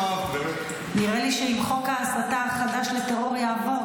נראה לי שאם חוק ההסתה החדש לטרור יעבור,